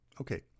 Okay